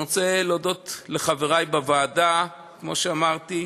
אני רוצה להודות לחברי בוועדה, כמו שאמרתי,